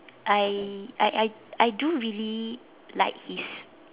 I I I I do really like his